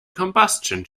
combustion